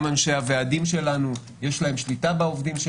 גם אנשי הוועדים שלנו, יש להם שליטה בעובדים.